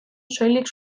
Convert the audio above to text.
soilik